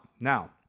Now